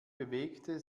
bewegte